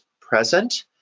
present